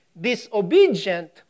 disobedient